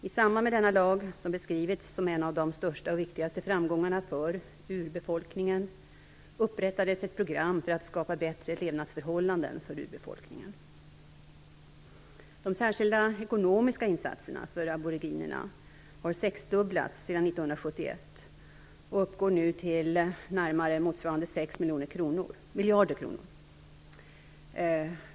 I samband med denna lag, som beskrivits som en av de största och viktigaste framgångarna för urbefolkningen, upprättades ett program för att skapa bättre levnadsförhållanden för urbefolkningen. De särskilda ekonomiska insatserna för aboriginerna har sexdubblats sedan 1971 och uppgår nu till närmare motsvarande 6 miljarder kronor.